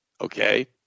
Okay